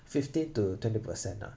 fifty to twenty percent ah